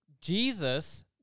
Jesus